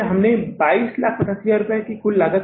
इसमें से 2285000 रुपये की कुल लागत है